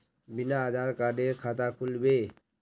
बिना आधार कार्डेर खाता खुल बे?